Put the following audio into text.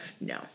No